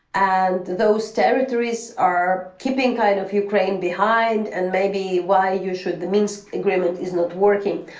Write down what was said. and those territories are keeping kind of ukraine behind. and maybe why you should. the minsk agreement is not working.